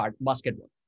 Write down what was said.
basketball